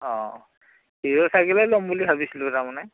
অ' Hero চাইকেলেই ল'ম বুলি ভাবিছিলো তাৰমানে